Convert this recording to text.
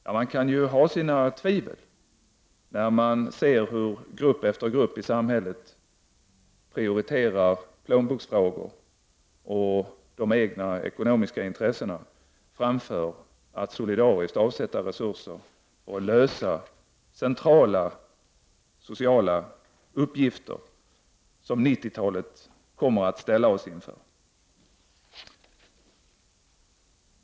Ja, man kan ha sina tvivel när man ser hur grupp efter grupp i samhället prioriterar plånboksfrågor och de egna ekonomiska intressena framför att solidariskt avsätta resurser och ta itu med de centrala sociala uppgifter som 90-talet kommer att ställa oss inför.